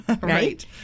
Right